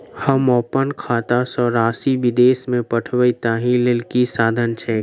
हम अप्पन खाता सँ राशि विदेश मे पठवै ताहि लेल की साधन छैक?